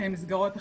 מסגרות אחרות.